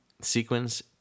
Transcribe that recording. sequence